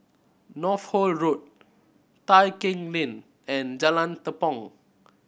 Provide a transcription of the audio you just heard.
Northolt Road Tai Keng Lane and Jalan Tepong